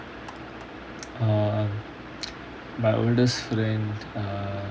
uh my oldest friend err